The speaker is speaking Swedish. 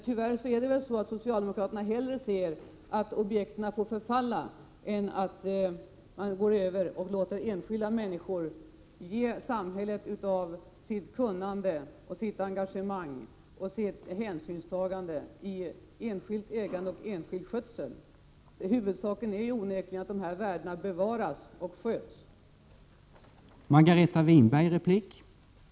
Tyvärr ser socialdemokraterna hellre att objekten förfaller än att man låter enskilda människor ge samhället av sitt kunnande, engagemang och hänsynstagande genom enskild skötsel. Huvudsaken är onekligen att värdena bevaras och områdena sköts.